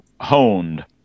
honed